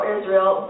Israel